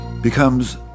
becomes